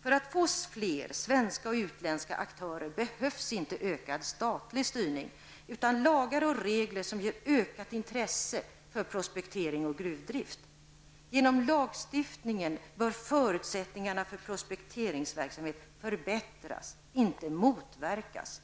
För att få fler svenska och utländska aktörer behövs inte ökad statlig styrning utan lagar och regler som ökar intresset för prospektering och gruvdrift. Genom lagstiftningen bör förutsättningarna för prospekteringsverksamhet förbättras, inte motverkas.